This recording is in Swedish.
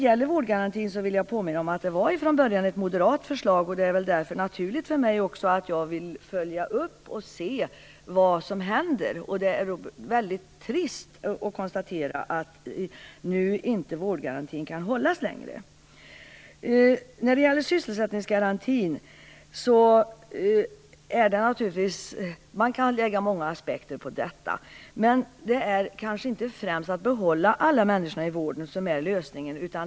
Jag vill påminna om att vårdgarantin från början var ett moderat förslag. Därför är det naturligt för mig att följa upp och se vad som händer. Det är väldigt trist att kunna konstatera att vårdgarantin inte längre kan hållas. Man kan lägga många aspekter på detta med sysselsättningsgarantin. Men det är kanske inte främst att behålla alla människor i vården som är lösningen.